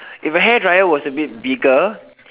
if the hair dryer was a bit bigger